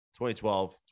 2012